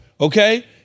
okay